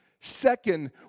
Second